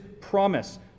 promise